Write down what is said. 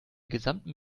gesamten